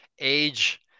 age